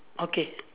okay